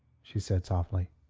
she said softly.